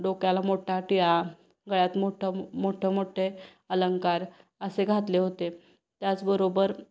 डोक्याला मोठा टिळा गळ्यात मोठं मोठ्ठे मोठ्ठे अलंकार असे घातले होते त्याचबरोबर